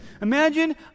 Imagine